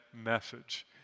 message